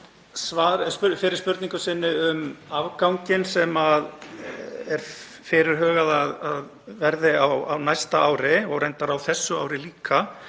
fyrri spurningu sinni um afganginn sem er fyrirhugað að verði á næsta ári og reyndar líka á þessu ári.